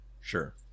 sure